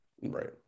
right